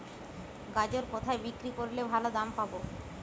গাজর কোথায় বিক্রি করলে ভালো দাম পাব?